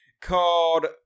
called